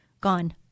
gone